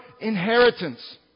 inheritance